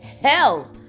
hell